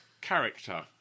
character